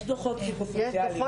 יש דוחות שפוטנציאלים,